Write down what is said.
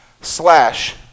slash